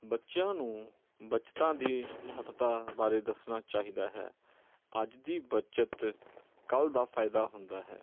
ਬੱਚਿਆ ਨੂੰ ਬੱਚਤਾਂ ਦੀ ਮਹੱਤਤਾ ਬਾਰੇ ਦੱਸਣਾ ਚਾਹੀਦਾ ਹੈ ਅੱਜ ਦੀ ਬੱਚਤ ਕੱਲ੍ਹ ਦਾ ਫਾਇਦਾ ਹੁੰਦਾ ਹੈ